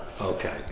Okay